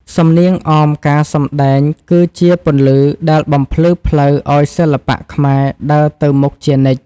សំនៀងអមការសម្ដែងគឺជាពន្លឺដែលបំភ្លឺផ្លូវឱ្យសិល្បៈខ្មែរដើរទៅមុខជានិច្ច។